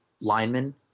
linemen